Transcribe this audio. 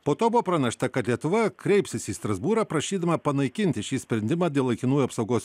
po to buvo pranešta kad lietuva kreipsis į strasbūrą prašydama panaikinti šį sprendimą dėl laikinųjų apsaugos